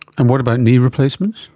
and what about knee replacements?